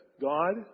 God